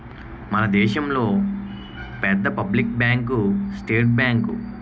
మన దేశంలో పెద్ద పబ్లిక్ బ్యాంకు స్టేట్ బ్యాంకు